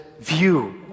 view